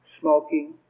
smoking